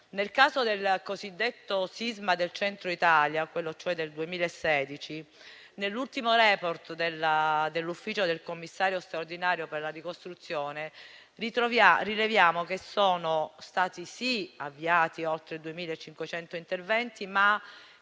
Nel caso del cosiddetto sisma del Centro Italia, quello cioè del 2016, secondo l'ultimo *report* dell'ufficio del commissario straordinario per la ricostruzione, rileviamo che, se è vero che sono stati avviati oltre 2.500 interventi,